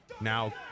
now